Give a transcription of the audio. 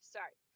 Sorry